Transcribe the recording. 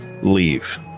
leave